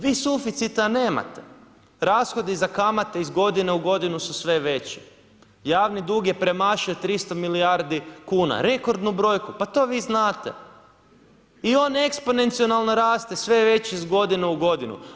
Vi suficita nemate, rashodi za kamate iz godine u godinu su sve veći, javni dug je premašio 300 milijardi kuna, rekordnu brojku pa to vi znate i on eksponencijalno raste sve veći iz godine u godinu.